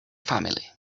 family